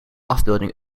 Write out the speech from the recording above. afbeelding